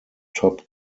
top